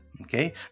Okay